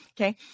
okay